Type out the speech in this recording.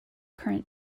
current